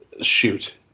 shoot